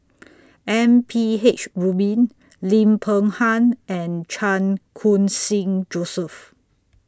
M P H Rubin Lim Peng Han and Chan Khun Sing Joseph